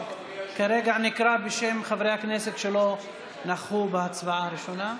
כרגע נקרא בשם חברי הכנסת שלא נכחו בהצבעה הראשונה.